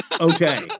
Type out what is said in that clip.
Okay